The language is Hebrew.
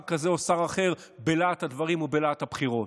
כזה או שר אחר בלהט הדברים או בלהט הבחירות.